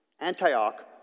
Antioch